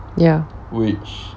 ya